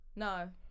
No